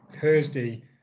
Thursday